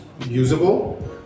usable